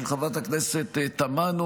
של חברת הכנסת תמנו,